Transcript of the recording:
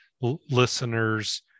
listeners